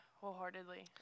wholeheartedly